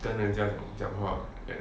跟人家讲讲话 like that